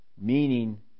meaning